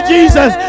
Jesus